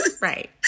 Right